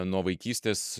nuo vaikystės